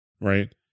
right